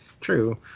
True